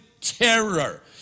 terror